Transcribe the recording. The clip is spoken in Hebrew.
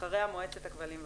ואחריה מועצת הכבלים והלוויין.